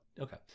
Okay